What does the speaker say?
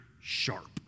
sharp